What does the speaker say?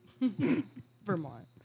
Vermont